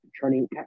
turning